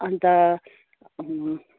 अन्त